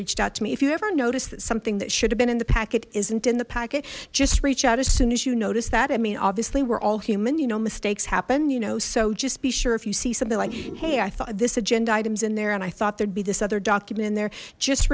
reached out to me if you ever notice that something that should have been in the packet isn't in the packet just reach out as soon as you notice that i mean obviously we're all human you know mistakes happen you know so just be sure if you see something like hey i thought this agenda items in there and i thought there'd be this other document in there just